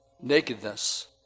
nakedness